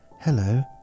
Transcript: Hello